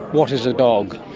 what is a dog?